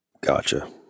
Gotcha